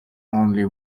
only